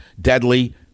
deadly